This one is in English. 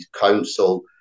council